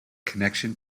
connection